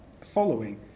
following